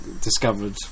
discovered